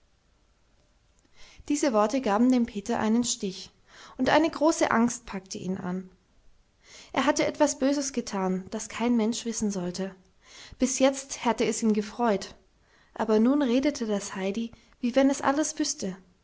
diese worte gaben dem peter einen stich und eine große angst packte ihn an er hatte etwas böses getan das kein mensch wissen sollte bis jetzt hatte es ihn gefreut aber nun redete das heidi wie wenn es alles wüßte